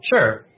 Sure